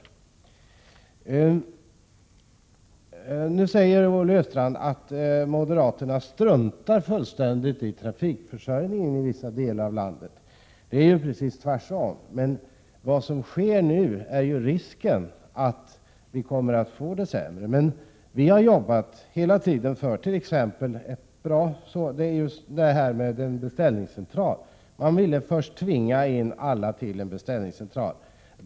Olle Östrand påstår att vi moderater fullständigt struntar i trafikförsörjningen i vissa delar av landet. Det är ju precis tvärtom! Genom det som nu sker riskerar man att få det sämre. Vi har hela tiden arbetat mot t.ex. beställningscentraler. Först ville man tvinga in alla till en beställningscentral.